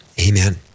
Amen